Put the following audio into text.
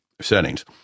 settings